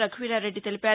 రఘువీరారెడ్డి తెలిపారు